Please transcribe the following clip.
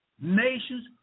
nations